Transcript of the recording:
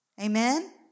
Amen